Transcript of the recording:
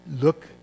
look